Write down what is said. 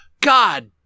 God